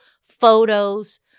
photos